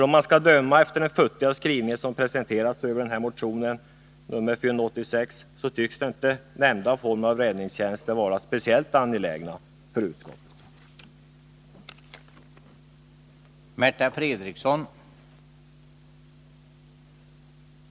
Om man skall döma av den futtiga skrivningen med anledning av motion 486, tycks inte nämnda form av räddningstjänst vara speciellt angelägen för utskottet.